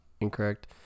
incorrect